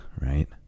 right